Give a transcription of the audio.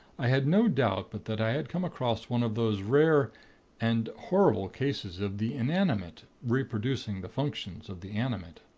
i had no doubt but that i had come across one of those rare and horrible cases of the inanimate reproducing the functions of the animate,